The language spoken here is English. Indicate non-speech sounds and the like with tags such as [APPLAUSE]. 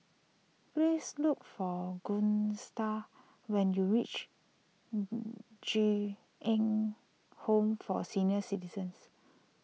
please look for Gustaf when you reach [HESITATION] Ju Eng Home for Senior Citizens